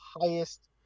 highest